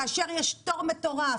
כאשר יש תור מטורף,